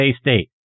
State